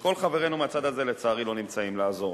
וכשכל חברינו מהצד הזה, לצערי, לא נמצאים לעזור